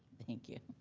thank you.